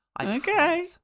Okay